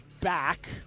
back